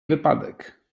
wypadek